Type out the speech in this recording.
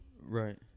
Right